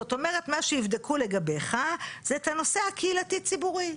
זאת אומרת מה שיבדקו לגביך זה את הנושא הקהילתי ציבורי.